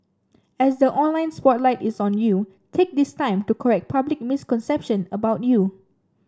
as the online spotlight is on you take this time to correct public misconception about you